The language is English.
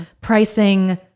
Pricing